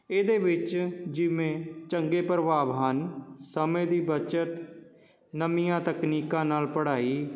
ਇਹਦੇ ਵਿੱਚ ਜਿਵੇਂ ਚੰਗੇ ਪ੍ਰਭਾਵ ਹਨ ਸਮੇਂ ਦੀ ਬਚਤ ਨਵੀਆਂ ਤਕਨੀਕਾਂ ਨਾਲ ਪੜ੍ਹਾਈ